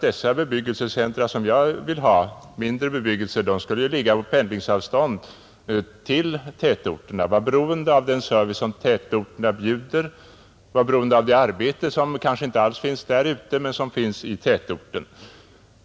De bebyggelsecentra som jag avser skulle ligga på pendlingsavstånd till tätorterna, vara beroende av den service som tätorterna bjuder och beroende av de arbetstillfällen som kanske inte alls erbjuds därute men som finns i tätorten.